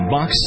Box